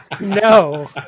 No